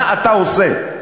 מה אתה עושה?